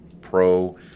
pro